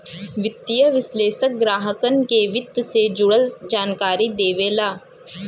वित्तीय विश्लेषक ग्राहकन के वित्त से जुड़ल जानकारी देवेला